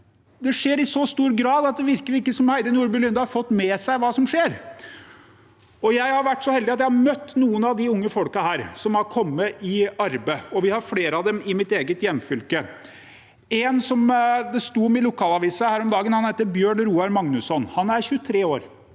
Det skjer i så stor grad at det virker ikke som om Heidi Nordby Lunde har fått med seg hva som skjer. Jeg har vært så heldig at jeg har fått møte noen av de unge som har kommet i arbeid, og vi har flere av dem i mitt eget hjemfylke. En som det sto om i lokalavisa her om dagen, heter Bjørn Roar Magnussen. Han er 23 år.